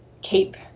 keep